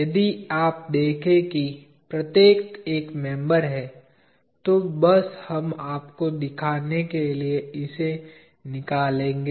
यदि आप देखे कि प्रत्येक एक मेंबर है तो बस हम आपको दिखाने के लिए इसे निकालेंगे